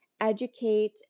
Educate